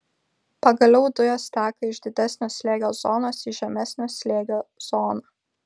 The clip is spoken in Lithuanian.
pagaliau dujos teka iš didesnio slėgio zonos į žemesnio slėgio zoną